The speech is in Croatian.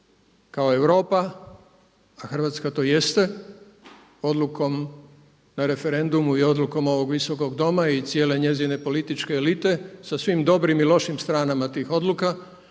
kao Europa a Hrvatska to jeste odlukom na referendumu i odlukom ovog Visokog doma i cijele njezine političke elite sa svim dobrim i lošim stranama tih odluka.